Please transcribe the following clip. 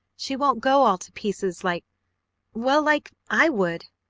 she won't go all to pieces like well, like i would.